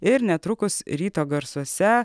ir netrukus ryto garsuose